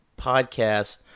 podcast